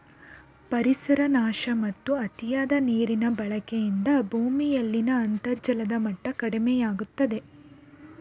ಪರಿಸರ ನಾಶ ಮತ್ತು ಅತಿಯಾದ ನೀರಿನ ಬಳಕೆಯಿಂದ ಭೂಮಿಯಲ್ಲಿನ ಅಂತರ್ಜಲದ ಮಟ್ಟ ಕಡಿಮೆಯಾಗುತ್ತಿದೆ